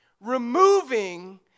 removing